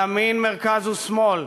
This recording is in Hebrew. ימין, מרכז ושמאל: